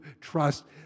trust